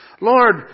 Lord